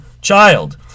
child